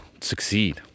succeed